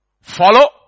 Follow